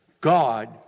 God